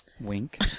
Wink